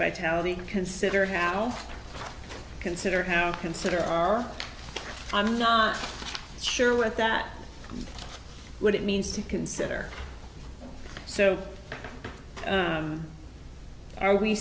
vitality consider how i consider how consider our i'm not sure what that what it means to consider so are we